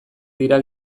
dira